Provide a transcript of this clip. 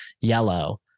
yellow